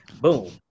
Boom